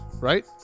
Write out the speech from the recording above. Right